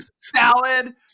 salad